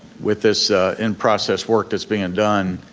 with this in process work that's being and done,